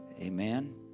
Amen